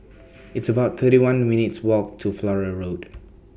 It's about thirty one minutes' Walk to Flora Road